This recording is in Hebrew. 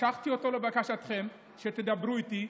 משכתי אותו לבקשתכם, שתדברו איתי.